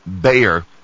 Bayer